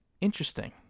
Interesting